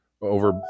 over